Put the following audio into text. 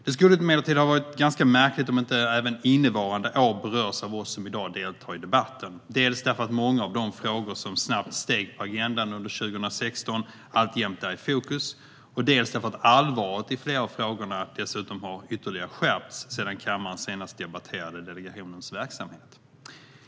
Det skulle emellertid ha varit ganska märkligt om inte även innevarande år berörs av oss som i dag deltar i debatten - dels därför att många av de frågor som snabbt steg på agendan under 2016 alltjämt är i fokus, dels därför att allvaret i flera av frågorna ytterligare har skärpts sedan kammaren senast debatterade delegationens verksamhet.